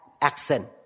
accent